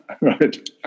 Right